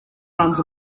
runs